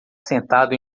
sentado